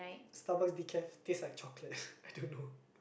Starbucks decaf tastes like chocolate I don't know